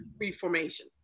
reformation